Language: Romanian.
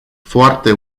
foarte